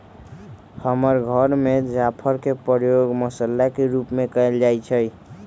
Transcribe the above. हमर घर में जाफर के प्रयोग मसल्ला के रूप में कएल जाइ छइ